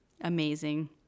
Amazing